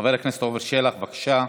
חבר הכנסת עפר שלח, בבקשה,